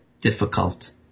difficult